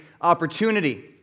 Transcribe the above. opportunity